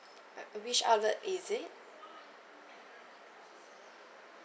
uh which outlet is it